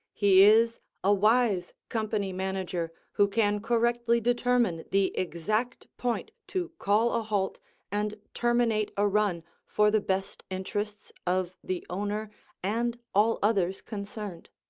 he is a wise company manager who can correctly determine the exact point to call a halt and terminate a run for the best interests of the owner and all others concerned.